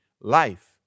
life